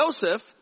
Joseph